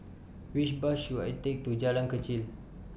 Which Bus should I Take to Jalan Kechil